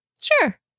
Sure